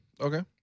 Okay